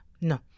No